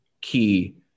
key